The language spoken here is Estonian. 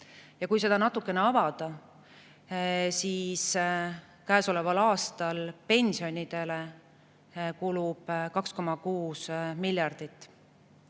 Kui seda natukene avada, siis käesoleval aastal kulub pensionidele 2,6 miljardit.